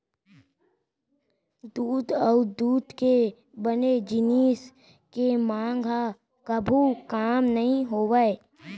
दूद अउ दूद के बने जिनिस के मांग ह कभू कम नइ होवय